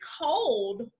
cold